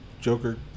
Joker